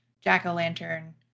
jack-o'-lantern